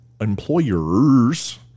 Employers